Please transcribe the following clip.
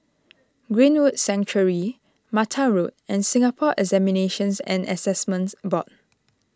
Greenwood Sanctuary Mattar Road and Singapore Examinations and Assessment Board